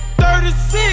36